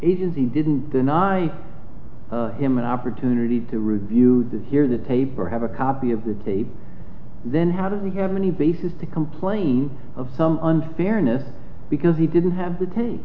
agency didn't deny him an opportunity to review this here the paper have a copy of the tape then how does he have any basis to complain of some unfairness because he didn't have the t